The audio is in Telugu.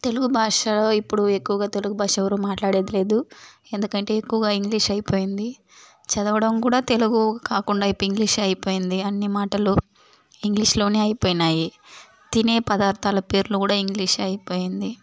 తెలుగు భాష ఇప్పుడు ఎక్కువగా తెలుగు భాష ఎవరు మాట్లాడేది లేదు ఎందుకంటే ఎక్కువగా ఇంగ్లీష్ అయిపోయింది చదవడం కూడా తెలుగు కాకుండా ఇప్పు ఇంగ్లీషే అయిపోయింది అన్నిమాటలూ ఇంగ్లీష్లోనే అయిపోయియాయి తినే పదార్ధాల పేర్లు కూడా ఇంగ్లీషే అయిపోయింది